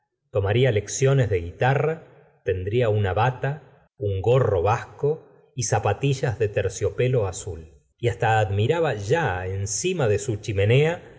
tomaría lecciones de guitarra tendría una bata un gorro vasco y zapatillas de terciopelo azul y hasta admiraba ya encima de su chimenea